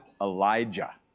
Elijah